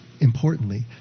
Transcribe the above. importantly